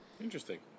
interesting